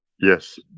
Yes